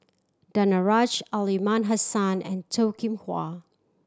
Danaraj Aliman Hassan and Toh Kim Hwa